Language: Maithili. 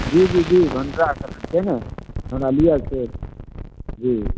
जी जी जी भंडारा करैके छै ने हमरा लिए के छै जी